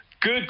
Good